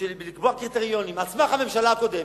לקבוע קריטריונים על סמך הממשלה הקודמת,